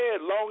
long